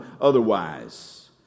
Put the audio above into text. otherwise